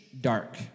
dark